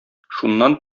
шуннан